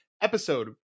episode